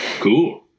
Cool